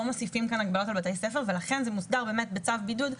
מוסיפים כאן הגבלות על בתי ספר ולכן זה מוסדר בצו בידוד.